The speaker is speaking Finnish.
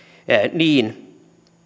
niin